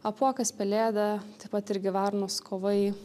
apuokas pelėda taip pat irgi varnos kovai